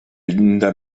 linda